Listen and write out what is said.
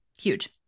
huge